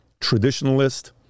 Traditionalist